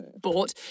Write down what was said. bought